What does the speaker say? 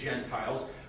Gentiles